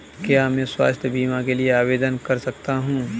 क्या मैं स्वास्थ्य बीमा के लिए आवेदन कर सकता हूँ?